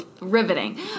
Riveting